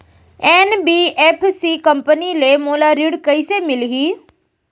NBFC company ले मोला ऋण कइसे मिलही?